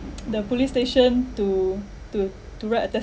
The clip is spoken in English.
the police station to to to write a